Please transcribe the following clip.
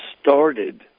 started